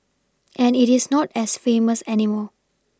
and it is not as famous anymore